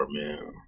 man